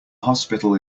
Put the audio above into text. hospital